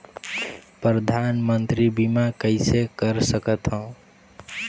परधानमंतरी बीमा कइसे कर सकथव?